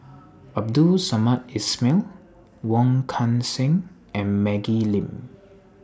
Abdul Samad Ismail Wong Kan Seng and Maggie Lim